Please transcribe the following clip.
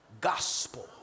gospel